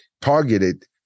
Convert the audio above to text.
targeted